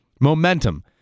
momentum